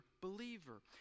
believer